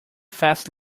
fast